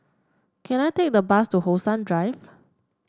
can I take the bus to How Sun Drive